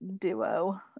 duo